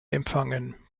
empfangen